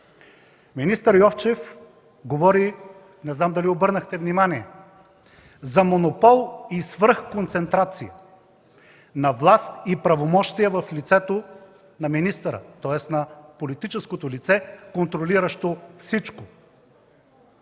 внимание, за монопол и свръхконцентрация на власт и правомощия в лицето на министъра, тоест на политическото лице, контролиращо всичко.